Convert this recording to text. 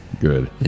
Good